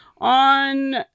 on